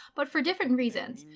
but for different reasons,